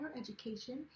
education